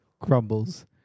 Crumbles